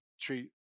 treat